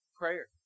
prayer